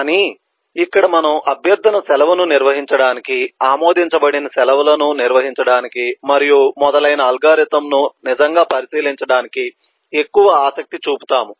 కానీ ఇక్కడ మనము అభ్యర్థన సెలవును నిర్వహించడానికి ఆమోదించబడిన సెలవులను నిర్వహించడానికి మరియు మొదలైన అల్గారిథమ్ను నిజంగా పరిశీలించడానికి ఎక్కువ ఆసక్తి చూపుతాము